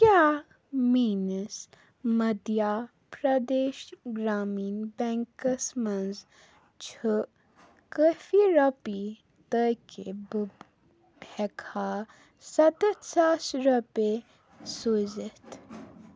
کیٛاہ میٛٲنِس مٔدھیہ پرٛدیش گرٛامیٖن بٮ۪نٛکَس منٛز چھُ کٲفی رۄپیہِ تاکہِ بہٕ ہٮ۪کہٕ ہا سَتَتھ ساس رۄپیہِ سوٗزِتھ